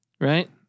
right